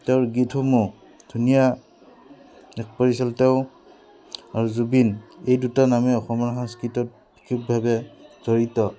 তেওঁৰ গীতসমূহ ধুনীয়া এক পৰিচালিত আৰু জুবিন এই দুটা নামেই অসমৰ সাংস্কৃতত বিশেষভাৱে জড়িত